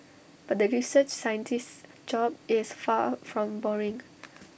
but the research scientist's job is far from boring